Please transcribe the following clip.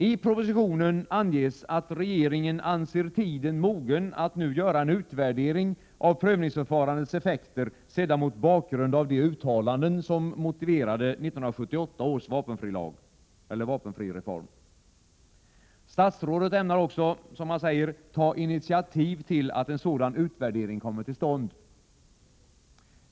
I propositionen anges att regeringen anser ”tiden mogen att nu göra en utvärdering av prövningsförfarandets effekter sedda mot bakgrund av de uttalanden som motiverade” 1978 års vapenfrireform. Statsrådet ämnar också ”ta initiativ till att en sådan utvärdering kommer till stånd”.